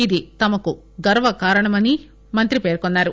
ఇది తమకు గర్భకారణమని మంత్రి పేర్కొన్నారు